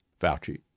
Fauci